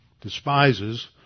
despises